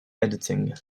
editing